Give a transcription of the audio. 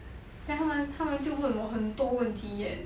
then 他们他们就问我很多问题 leh